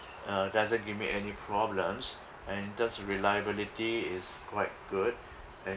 uh doesn't give me any problems and thus reliability is quite good and